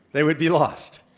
they would be lost.